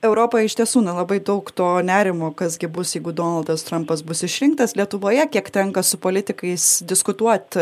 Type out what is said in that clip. europa iš tiesų nelabai daug to nerimo kas gi bus jeigu donaldas trumpas bus išrinktas lietuvoje kiek tenka su politikais diskutuot